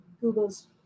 Google's